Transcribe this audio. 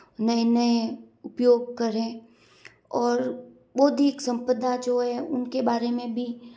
नए नए उपयोग करें और बौद्धिक संपदा जो है उनके बारे में भी